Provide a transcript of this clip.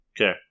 Okay